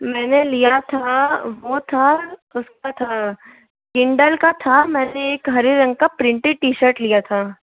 मैंने लिया था वो था उसका था टिंडल का था मैंने एक हरे रंग का प्रिंटेड टी शर्ट लिया था